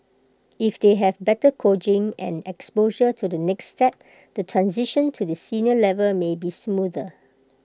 if they have better coaching and exposure to the next step the transition to the senior level may be smoother